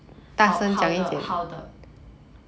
好好的好的